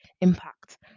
impact